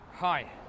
Hi